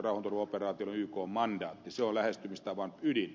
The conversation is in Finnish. se on lähestymistavan ydin